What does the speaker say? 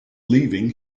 leaving